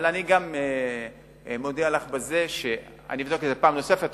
אבל אני גם מודיע לך בזה שאני אבדוק את זה פעם נוספת,